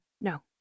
No